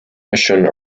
mission